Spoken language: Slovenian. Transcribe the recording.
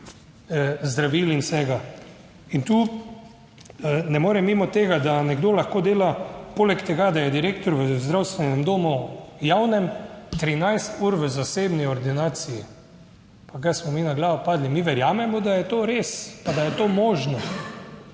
zdravil in vsega. In tu ne morem mimo tega, da nekdo lahko dela poleg tega, da je direktor v zdravstvenem domu javnem, 13 ur v zasebni ordinaciji. Pa kaj smo mi na glavo padli? Mi verjamemo, da je to res pa da je to možno?